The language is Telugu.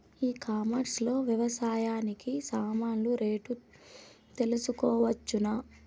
ఈ కామర్స్ లో వ్యవసాయానికి సామాన్లు రేట్లు తెలుసుకోవచ్చునా?